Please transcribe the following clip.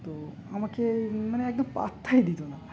তো আমাকে মানে একদম পাত্তাই দিত না